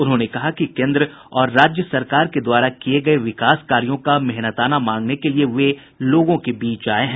उन्होंने कहा कि केन्द्र और राज्य सरकार के द्वारा किये गये विकास कार्यों का मेहनताना मांगने के लिए वे लोगों के बीच आये हैं